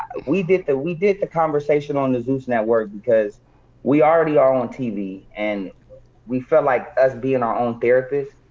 we did ah we did the conversation on the zeus network because we already are on tv. and we felt like us being our own therapist,